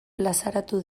plazaratu